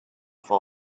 for